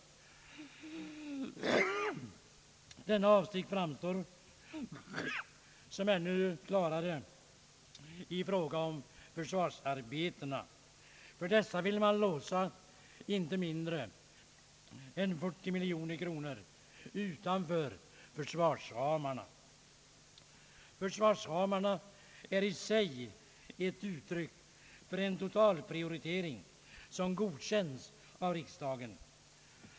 Denna avsikt framstår som ännu klarare i fråga om försvarsarbetena. För dessa vill man låsa inte mindre än 40 miljoner kronor utanför försvarsramarna. Försvarsramarna är i sig ett uttryck för en total prioritering som godkänts av riksdagen.